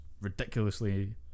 ridiculously